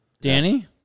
Danny